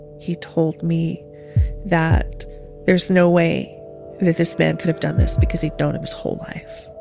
he told me that there's no way that this man could have done this because he'd known him his whole life.